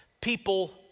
people